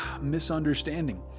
misunderstanding